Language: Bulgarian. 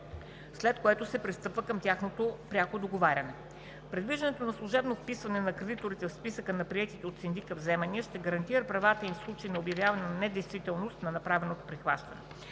след което се пристъпва към тяхното пряко договаряне. Предвиждането на служебно вписване на кредиторите в списъка на приетите от синдика вземания ще гарантира правата им в случай на обявяване на недействителност на направено прихващане.